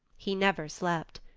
he never slept.